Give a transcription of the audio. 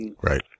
right